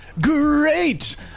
great